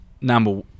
number